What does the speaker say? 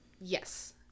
Yes